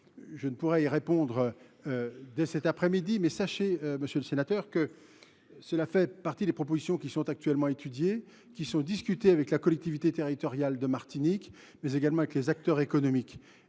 Je ne pourrai y répondre dès cet après midi, mais sachez, monsieur le sénateur, qu’elles font partie des propositions actuellement étudiées et discutées avec la collectivité territoriale de Martinique ainsi que les acteurs économiques.